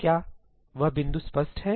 क्या वह बिंदु स्पष्ट है